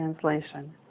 translation